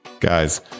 Guys